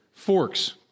Forks